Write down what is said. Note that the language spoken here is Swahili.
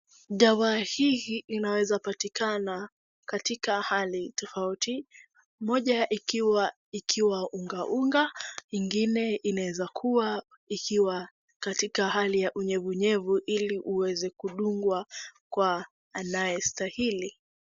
Dawa hii hii inaeza patikana katika hali tofauti moja ikiwa unga unga ingine inaeza kuwa ikiwa katika hali ya unyevunyevu ili uweze kudungwa kwa anayestahili.